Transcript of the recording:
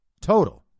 total